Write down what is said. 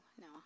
no